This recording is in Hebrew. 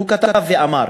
הוא כתב ואמר,